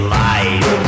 life